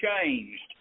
changed